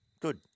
good